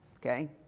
okay